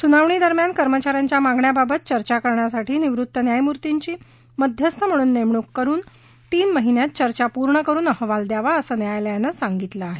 सुनावणी दरम्यान कर्मचाऱ्यांच्या मागण्यांबाबत चर्चा करण्यासाठी निवृत्त न्यायमूर्तींची मध्यस्थ म्हणून नेमणूक करुन तीन महिन्यात चर्चा पूर्ण करून अहवाल द्यावा असं न्यायालयानं सांगितलं आहे